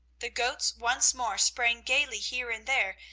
the goats once more sprang gayly here and there,